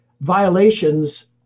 violations